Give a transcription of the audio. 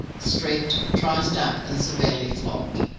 stripped, triced up, and severely flogged.